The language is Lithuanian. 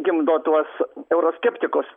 gimdo tuos euroskeptikus